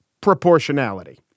proportionality